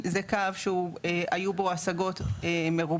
זה קו שהוא היו בו השגות מרובות,